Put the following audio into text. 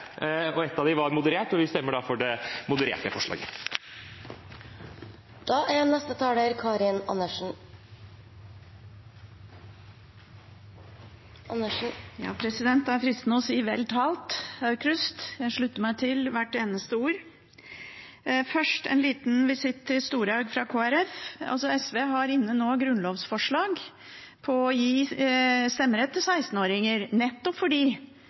vi stemmer da for det modererte forslaget. Det er fristende å si: «Vel talt, Aukrust!» Jeg slutter meg til hvert eneste ord. Først en liten visitt til representanten Storehaug fra Kristelig Folkeparti. SV har nå inne et grunnlovsforslag om stemmerett til 16-åringer, nettopp fordi de